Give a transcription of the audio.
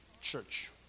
church